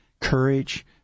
courage